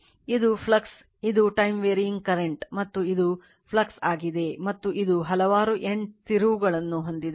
ಇದು ಫ್ಲಕ್ಸ್ ಇದು time varying current ಮತ್ತು ಇದು ಫ್ಲಕ್ಸ್ ಆಗಿದೆ ಮತ್ತು ಇದು ಹಲವಾರು N ತಿರುವುಗಳನ್ನು ಹೊಂದಿದೆ